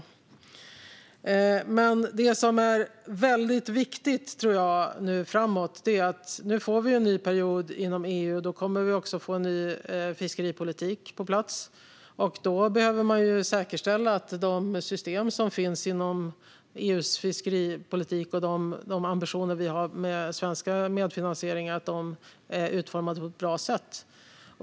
Det som är viktigt framöver är att vi nu får en ny period inom EU, och då kommer vi också att få en ny fiskeripolitik på plats. Då behöver det säkerställas att de system som finns inom EU:s fiskeripolitik och de ambitioner vi har när det gäller svensk medfinansiering utformas på ett bra sätt.